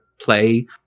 play